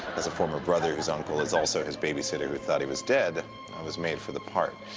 as a former brother whose uncle is also his babysitter who thought he was dead, i was made for the part.